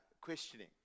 questioning